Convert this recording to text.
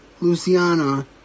Luciana